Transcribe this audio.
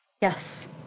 Yes